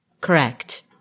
Correct